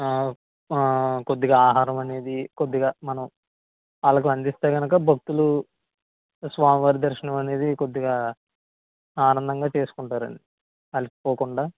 కొద్దిగా ఆహారం అనేది కొద్దిగా మనం వాళ్ళకి అందిస్తే కనుక భక్తులు స్వామి వారి దర్శనం అనేది కొద్దిగా ఆనందంగా చేసుకుంటారు అండి అలసిపోకుండా